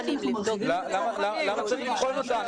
אנחנו מרחיבים -- למה צריך לבחון אותה?